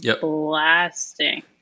blasting